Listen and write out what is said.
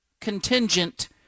contingent